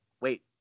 wait